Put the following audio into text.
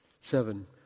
Seven